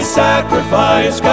sacrifice